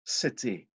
city